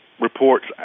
reports